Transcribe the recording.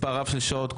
מספר רב של שעות,